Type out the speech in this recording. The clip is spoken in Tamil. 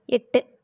எட்டு